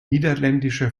niederländische